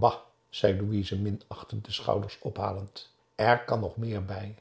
bah zei louise minachtend de schouders ophalend er kan nog meer bij